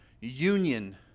union